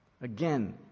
Again